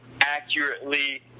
accurately